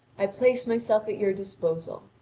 i place myself at your disposal.